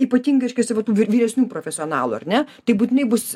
ypatinga išgirsti vat tų vyr vyresnių profesionalų ar ne tai būtinai bus